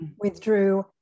withdrew